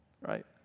right